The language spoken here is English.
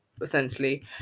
Essentially